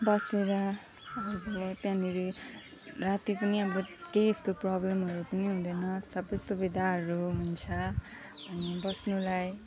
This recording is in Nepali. बसेर अब त्यहाँनेरि राति पनि अब केही यस्तो प्रब्लमहरू पनि हुँदैन सबै सुविधाहरू हुन्छ अनि बस्नुलाई